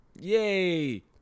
Yay